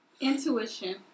Intuition